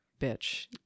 bitch